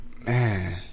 Man